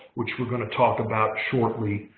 which we're going to talk about shortly.